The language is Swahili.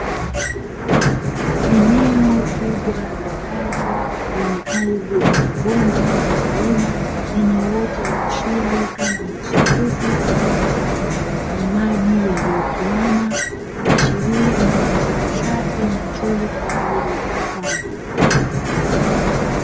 Eneo kubwa la wazi lenye ardhi yenye mabonde na milima, lenye uoto wa asili kama nyasi fupi na maji yaliotuama kuashiria ni mandhari safi na nzuri kwa ajili ya hifadhi.